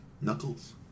Knuckles